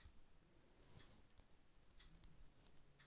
आलु के खेत में गोबर बाला खाद डाले से अच्छा आलु उपजतै?